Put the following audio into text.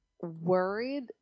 worried